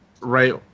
right